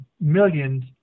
millions